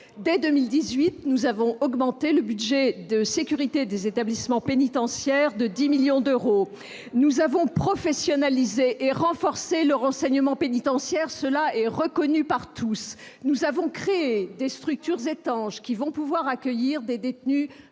Dès 2018, nous avons augmenté le budget de sécurité des établissements pénitentiaires de 10 millions d'euros. Nous avons professionnalisé et renforcé le renseignement pénitentiaire ; cela est reconnu par tous. Nous avons créé des structures étanches qui vont pouvoir accueillir des détenus